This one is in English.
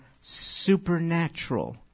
supernatural